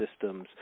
systems